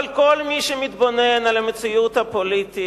אבל כל מי שמתבונן על המציאות הפוליטית